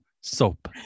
Soap